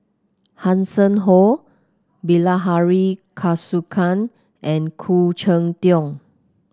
Hanson Ho Bilahari Kausikan and Khoo Cheng Tiong